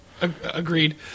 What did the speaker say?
Agreed